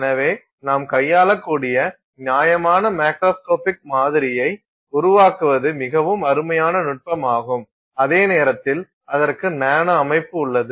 எனவே நாம் கையாளக்கூடிய நியாயமான மேக்ரோஸ்கோபிக் மாதிரியை உருவாக்குவது மிகவும் அருமையான நுட்பமாகும் அதே நேரத்தில் அதற்கு நானோ அமைப்பு உள்ளது